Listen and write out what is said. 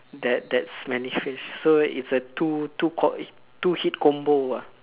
that that smelly fish so its a two two two hit combo lah